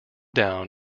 down